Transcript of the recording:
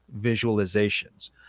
visualizations